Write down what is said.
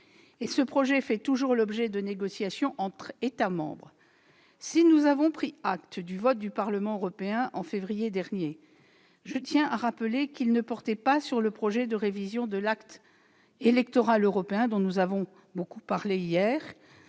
Ce projet fait toujours l'objet de négociations entre les États membres. Si nous avons pris acte du vote du Parlement européen en février dernier, nous rappelons qu'il ne portait pas sur le projet de révision de l'acte électoral européen, dont nous avons beaucoup parlé hier,